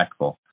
impactful